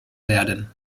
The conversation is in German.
werden